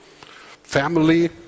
family